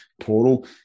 portal